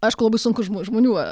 aišku labai sunku žmo žmonių